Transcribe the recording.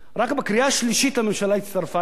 רק בקריאה שלישית הממשלה הצטרפה אלי,